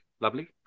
lovely